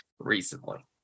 Recently